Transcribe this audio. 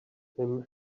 him